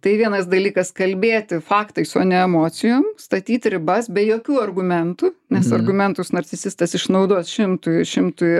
tai vienas dalykas kalbėti faktais o ne emocijom statyt ribas be jokių argumentų nes argumentus narcisistas išnaudos šimtui šimtui